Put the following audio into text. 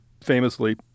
famously